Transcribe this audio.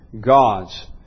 gods